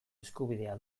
eskubidea